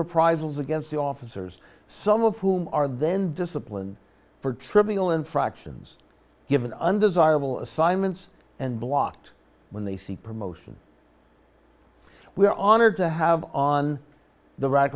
reprisals against the officers some of whom are then disciplined for trivial infractions given undesirable assignments and blocked when they see promotion we are honored to have on the r